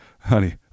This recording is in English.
honey